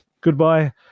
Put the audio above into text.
goodbye